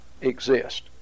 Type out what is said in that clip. exist